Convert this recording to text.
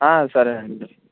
సరే అండి